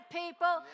people